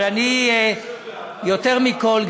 אבל אני יותר מכול,